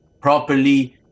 properly